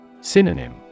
Synonym